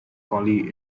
collie